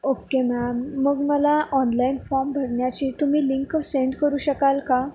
okay ma'am मग मला online form भरण्याची तुम्ही लिंक सेंड करू शकाल का